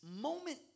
moment